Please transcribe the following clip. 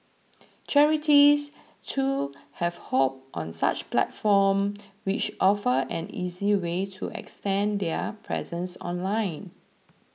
charities too have hopped on such platform which offer an easy way to extend their presence online